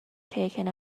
taken